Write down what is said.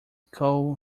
coal